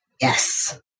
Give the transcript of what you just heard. Yes